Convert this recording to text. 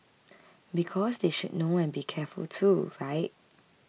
because they should know and be careful too right